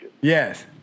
Yes